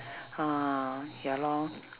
ah ya lor